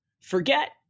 Forget